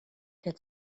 der